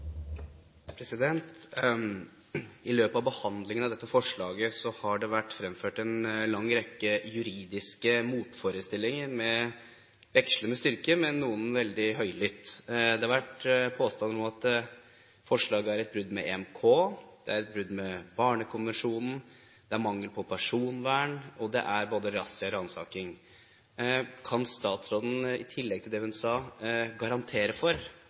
I løpet av behandlingen av dette forslaget har det vært fremført en lang rekke juridiske motforestillinger med vekslende styrke – noen veldig høylytte. Det har vært påstander om at forslaget er et brudd med EMK, det er et brudd med Barnekonvensjonen, det er mangel på personvern, og det er både razzia og ransaking. Kan statsråden, i tillegg til det hun sa, garantere for